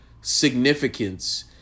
significance